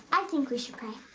i think we should pray.